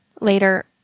later